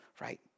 Right